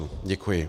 Děkuji.